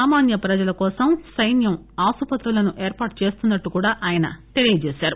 సామాన్య ప్రజల కోసం సైన్యం ఆసుపత్రులను ఏర్పాటు చేస్తోందని కూడా ఆయన చెప్పారు